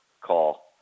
call